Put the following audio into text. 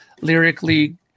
lyrically